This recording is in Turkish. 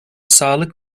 sağlık